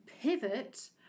pivot